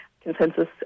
consensus